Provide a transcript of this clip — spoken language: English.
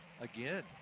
again